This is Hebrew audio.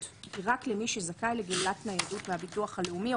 היא רק למי שזכאי לגמלת ניידות מהביטוח הלאומי או